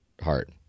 heart